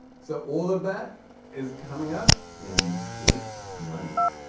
so all of that is coming up in sleep money.